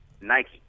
Nike